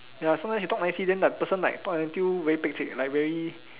ya sometimes you talk nicely then the person like talk until very pek-cek like very